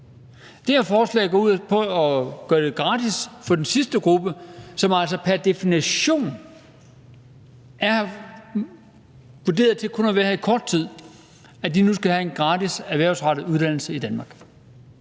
Det her forslag går ud på at gøre det gratis for den sidstnævnte gruppe, som altså pr. definition er vurderet til kun at skulle være her i kort tid, altså at de nu skal have en gratis erhvervsrettet uddannelse i Danmark.